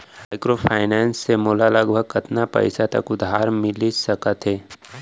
Microfinance से मोला लगभग कतना पइसा तक उधार मिलिस सकत हे?